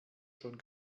schon